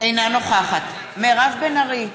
אינה נוכחת מירב בן ארי,